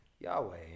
Yahweh